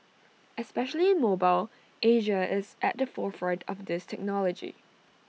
especially in mobile Asia is at the forefront of this technology